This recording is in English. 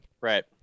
Right